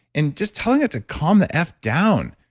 and just telling it to calm the f down,